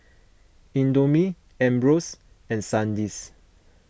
Indomie Ambros and Sandisk